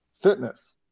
fitness